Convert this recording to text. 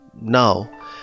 now